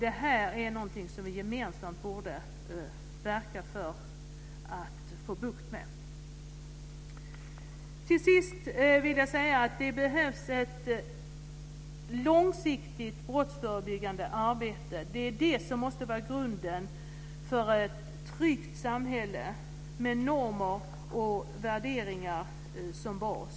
Detta är någonting som vi gemensamt borde verka för att få bukt med. Till sist vill jag säga att det behövs ett långsiktigt brottsförebyggande arbete. Det är det som måste vara grunden för ett tryggt samhälle med normer och värderingar som bas.